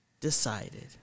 decided